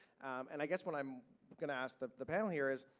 and i guess what i'm going to ask the the panel here is,